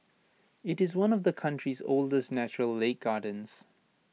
IT is one of the country's oldest natural lake gardens